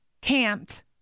camped